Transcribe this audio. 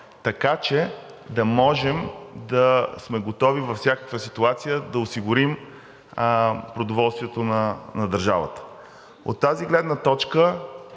така че да можем да сме готови във всякаква ситуация да осигурим продоволствието на държавата. От тази гледна точка